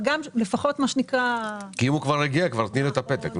אם הוא כבר הגיע, תני לו את הפתק.